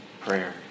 prayer